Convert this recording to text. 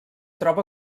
troba